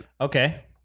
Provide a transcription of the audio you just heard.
Okay